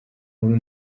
nkuru